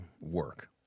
work